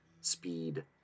speed